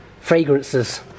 fragrances